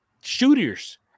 Shooters